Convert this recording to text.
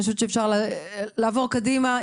אני חושבת שאפשר לעבור קדימה.